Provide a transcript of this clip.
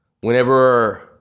whenever